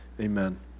Amen